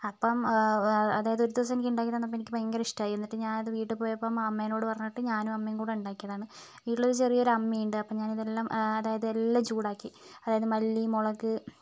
അപ്പം അതായത് ഒരു ദിവസം എനിക്ക് ഉണ്ടാക്കി തന്നപ്പോൾ എനിക്ക് ഭയങ്കര ഇഷ്ടമായി എന്നിട്ട് ഞാനത് വീട്ടിൽ പോയപ്പോൾ അമ്മേനോട് പറഞ്ഞിട്ട് ഞാനും അമ്മയും കൂടി ഉണ്ടാക്കിയതാണ് വീട്ടിൽ ചെറിയൊരു അമ്മിയുണ്ട് അപ്പോൾ ഞാനിതെല്ലം അതായത് എല്ലം ചൂടാക്കി അതായത് മല്ലി മുളക്